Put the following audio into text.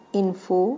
info